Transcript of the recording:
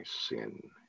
sin